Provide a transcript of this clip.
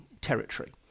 territory